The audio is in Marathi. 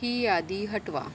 ही यादी हटवा